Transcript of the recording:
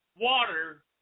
water